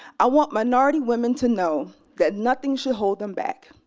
i want minority women to know that nothing should hold them back.